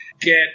get